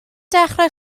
dechrau